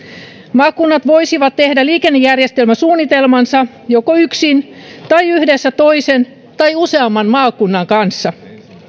maakunnat voisivat tehdä liikennejärjestelmäsuunnitelmansa joko yksin tai yhdessä toisen tai useamman maakunnan kanssa